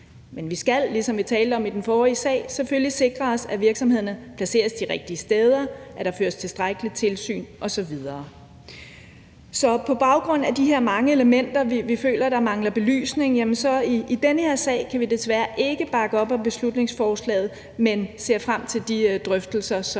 Men vi skal ligesom vi talte om under den forrige sag, selvfølgelig sikre os, at virksomhederne placeres de rigtige steder, at der føres tilstrækkeligt tilsyn osv. Så på baggrund af de her mange elementer, vi føler mangler belysning, kan vi i den her sag desværre ikke bakke op om beslutningsforslaget, men ser frem til de drøftelser, som